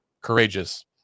courageous